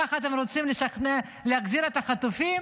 ככה אתם רוצים להחזיר את החטופים?